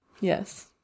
Yes